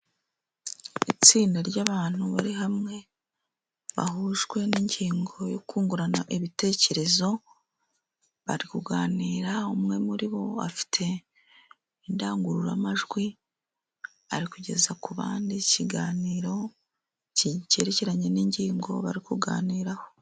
Itsinda ry'abantu bari hamwe bahujwe n'ingingo yo kungurana ibitekerezo bari kuganira. Umwe muri bo afite indangururamajwi, ari kugeza ku bandi ikiganiro cyerekeranye n'ingingo bari kuganiraho.